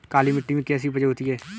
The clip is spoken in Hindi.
काली मिट्टी में कैसी उपज होती है?